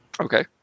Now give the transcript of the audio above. Okay